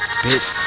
bitch